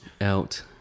out